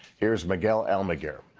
here is miguel almaguer.